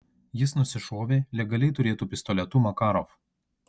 jis nusišovė legaliai turėtu pistoletu makarov